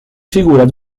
figuras